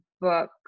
book